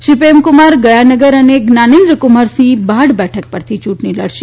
શ્રી પ્રેમકુમાર ગયા નગર અને જ્ઞાનેન્દ્ર કુમાર સિંહ બાઢ બેઠક પરથી યુંટણી લડશે